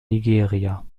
nigeria